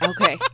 Okay